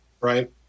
right